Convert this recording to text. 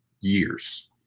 years